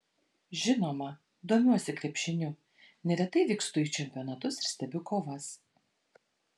žinoma domiuosi krepšiniu neretai vykstu į čempionatus ir stebiu kovas